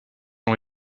ont